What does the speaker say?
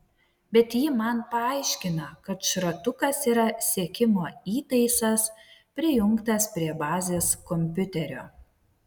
bet ji man paaiškina kad šratukas yra sekimo įtaisas prijungtas prie bazės kompiuterio